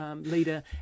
leader